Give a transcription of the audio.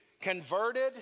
converted